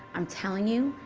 i'm telling you,